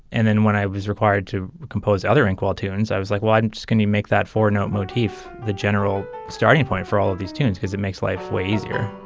and then when i was required to compose other inkwell tunes, i was like, why you make that four note motif? the general starting point for all of these tunes is it makes life way easier